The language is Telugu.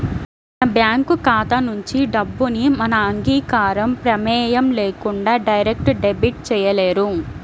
మన బ్యేంకు ఖాతా నుంచి డబ్బుని మన అంగీకారం, ప్రమేయం లేకుండా డైరెక్ట్ డెబిట్ చేయలేరు